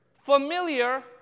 Familiar